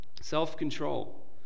self-control